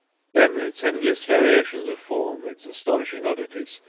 then its endless variations of form, its astonishing oddities,